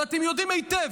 ואתם יודעים היטב,